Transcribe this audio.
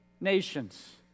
nations